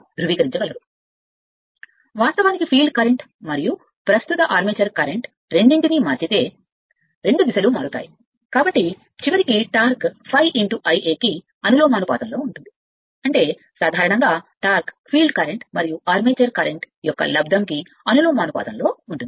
ఎందుకంటే వాస్తవానికి field current మరియు ప్రస్తుత ఆర్మేచర్ కరెంట్ రెండింటినీ మార్చుకుంటే రెండు దిశలు మారుతాయి కాబట్టి చివరికి టార్క్ ∅∅ రెండూ ∅∅ కు అనులోమానుపాతంలో ఉంటుంది అంటే సాధారణంగా టార్క్ ఫీల్డ్ కరెంట్ మరియు ఆర్మేచర్ కరెంట్ యొక్క లబ్దం కి అనులోమానుపాతంలో ఉంటుంది